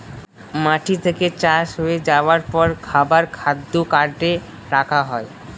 মাটি থেকে চাষ হয়ে যাবার পর খাবার খাদ্য কার্টে রাখা হয়